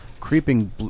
creeping